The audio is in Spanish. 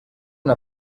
una